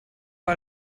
war